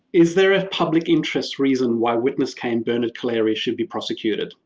is there a public interest reason why witness k, and bernard collaery should be prosecuted.